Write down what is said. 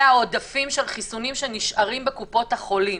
העודפים של החיסונים שנשארים בקופות החולים.